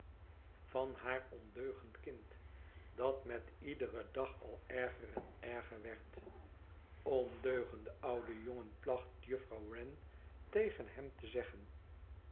van haar ondeugend kind dat met iederen dag al erger en erger werd ondeugende oude jongen placht juffrouw wren tegen hem te zegsenige